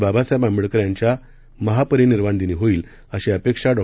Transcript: बाबासाहेब आंबेडकर यांच्या महापरिनिर्वाण दिनी होईल अशी अपेक्षा डॉ